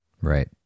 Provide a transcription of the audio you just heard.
Right